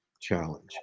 Challenge